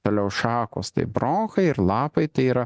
toliau šakos tai bronchai ir lapai tai yra